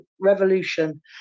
revolution